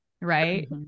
Right